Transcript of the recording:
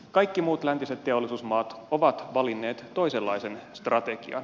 kaikki muut läntiset teollisuusmaat ovat valinneet toisenlaisen strategian